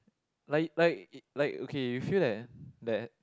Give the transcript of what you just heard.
like like like okay you feel that that